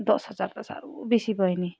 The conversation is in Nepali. दस हजार त साह्रो बेसी भयो नि